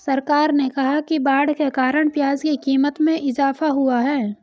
सरकार ने कहा कि बाढ़ के कारण प्याज़ की क़ीमत में इजाफ़ा हुआ है